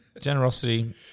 Generosity